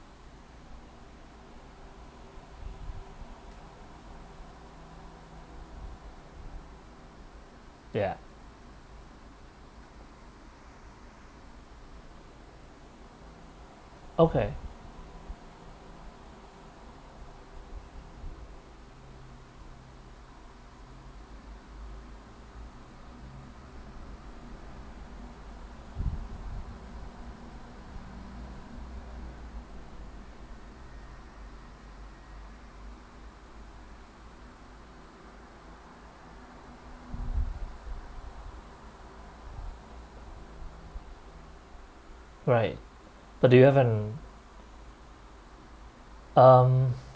ya okay right but do you have an um